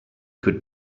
could